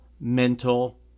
mental